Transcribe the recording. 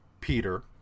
Peter